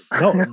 No